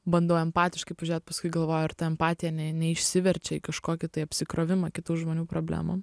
bandau empatiškai pažiūrėt paskui galvoju ar ta empatija ne neišsiverčia į kažkokį tai apsikrovimą kitų žmonių problemom